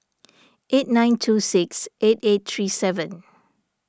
eight nine two six eight eight three seven